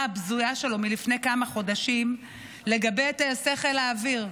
הבזויה שלו מלפני כמה חודשים לגבי טייסי חיל האוויר.